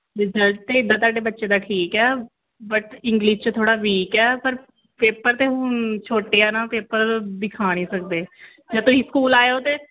result ਤਾਂ ਇੱਦਾਂ ਤੁਹਾਡੇ ਬੱਚੇ ਦਾ ਠੀਕ ਹੈ ਬਟ ਇੰਗਲਿਸ਼ 'ਚ ਥੋੜ੍ਹਾ ਵੀਕ ਹੈ ਪਰ ਪੇਪਰ ਤਾਂ ਹੁਣ ਛੋਟੇ ਆ ਨਾ ਪੇਪਰ ਦਿਖਾ ਨਹੀਂ ਸਕਦੇ ਜਾਂ ਤੁਸੀਂ ਸਕੂਲ ਆਇਓ ਅਤੇ